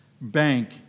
Bank